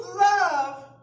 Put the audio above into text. love